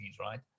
right